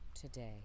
today